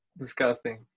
Disgusting